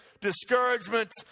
discouragement